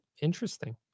Interesting